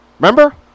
Remember